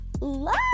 love